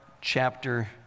chapter